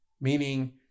meaning